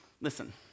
listen